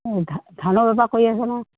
ধা ধানৰ বেপাৰ কৰি আছনে